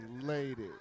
lady